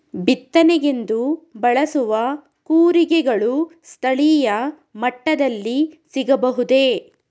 ಬಿತ್ತನೆಗೆಂದು ಬಳಸುವ ಕೂರಿಗೆಗಳು ಸ್ಥಳೀಯ ಮಟ್ಟದಲ್ಲಿ ಸಿಗಬಹುದೇ?